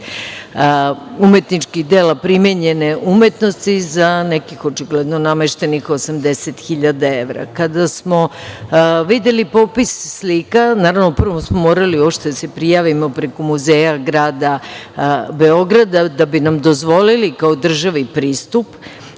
umetničkih dela primenjene umesnosti, za nekih, očigledno, nameštenih 80 hiljada evra. Kada smo videli popis slika, naravno, prvo smo morali uopšte da se prijavimo preko Muzeja grada Beograda, da bi nam dozvolili kao državi pristup.